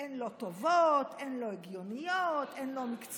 הן לא טובות, הן לא הגיוניות, הן לא מקצועיות.